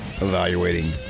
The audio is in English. evaluating